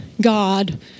God